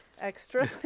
extra